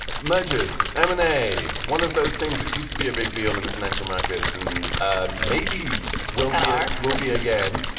mergers, m and um a. one of those things that used to be a big deal in the financial markets and ah maybe will hear we'll be again,